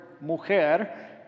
mujer